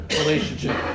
relationship